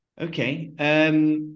Okay